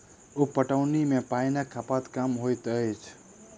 उप पटौनी मे पाइनक खपत कम होइत अछि